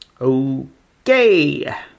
Okay